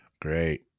Great